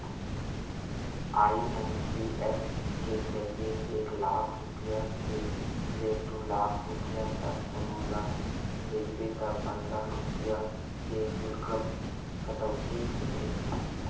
IMPS के जरिए एक लाख रूपिया ले दू लाख रूपिया तक कोनो ल भेजबे त पंद्रह रूपिया के सुल्क कटउती होथे